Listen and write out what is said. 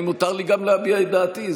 מותר גם לי להביע את דעתי.